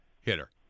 hitter